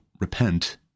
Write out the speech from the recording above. repent